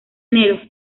enero